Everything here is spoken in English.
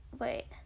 Wait